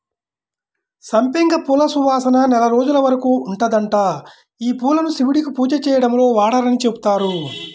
సంపెంగ పూల సువాసన నెల రోజుల వరకు ఉంటదంట, యీ పూలను శివుడికి పూజ చేయడంలో వాడరని చెబుతారు